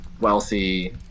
wealthy